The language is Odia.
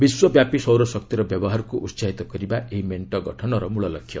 ବିଶ୍ୱବ୍ୟାପୀ ସୌରଶକ୍ତିର ବ୍ୟବହାରକୁ ଉତ୍ସାହିତ କରିବା ଏହି ମେଷ୍କର ମୂଳଲକ୍ଷ୍ୟ